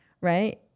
right